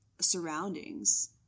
surroundings